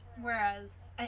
Whereas